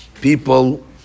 people